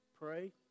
pray